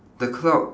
the cloud